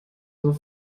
nur